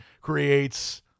creates